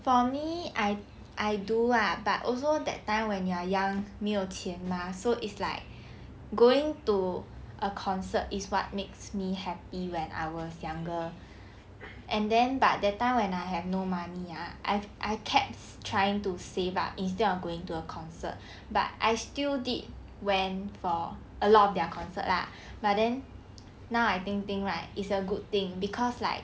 for me I I do lah but also that time when you are young 没有钱 mah so it's like going to a concert is what makes me happy when I was younger and then but that time when I have no money ah I've I kept trying to save up instead of going to a concert but I still did went for a lot of their concert lah but then now I think think right it's a good thing cause like